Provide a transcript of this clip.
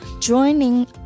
Joining